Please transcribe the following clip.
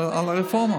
על הרפורמה.